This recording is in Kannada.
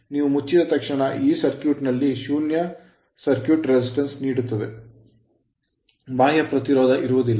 ನೀವು ಮುಚ್ಚಿದ ತಕ್ಷಣ ಈ circuit ಸರ್ಕ್ಯೂಟ್ ನಲ್ಲಿ ಶೂನ್ಯ circuit ಸರ್ಕ್ಯೂಟ್ resistance ಪ್ರತಿರೋಧವನ್ನು ನೀಡುತ್ತದೆ ಬಾಹ್ಯ ಪ್ರತಿರೋಧ ಇರುವುದಿಲ್ಲ